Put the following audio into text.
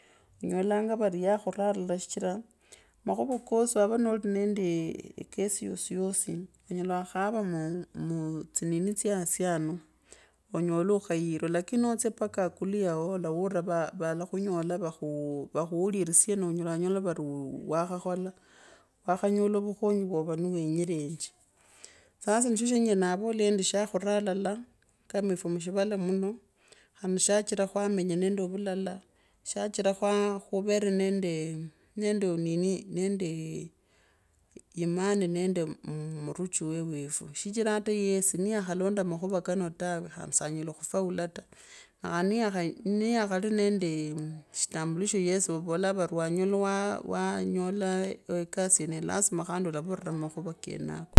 Onyola ya khura halala shichura. makhuvekasi wava nendee ekesi yosiyosianyela wa khawa muutsinim tsya hasi anounyole akheioowe. lakini notsye paka akulu yao olawura vaa valakhunyola vakhuuririsye no nyola wanyo vari wakhakhola wakhanyola vukhonyi uwo wovaniwonirenje sasa nishoshenyela navola ondi shaa khuraa halala kama efwe mushivala muno khandi shachira khwamenya nende ovulala shechira khuvere nendee inini nendee imani nende muruchi wewefu shichira ata yesi niyakhalonda makhuka kano tawe saa nyela khufuma ta nee khaneli niyakhali nendee shitambulisho yesi vavolaa vari waa wanyola ekesi yeneyo lasima vari alanrire mumakhuva kenako.